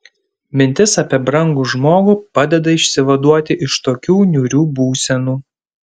mintis apie brangų žmogų padeda išsivaduoti iš tokių niūrių būsenų